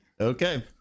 Okay